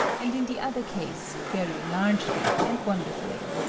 and in the other case very largely and wonderfully.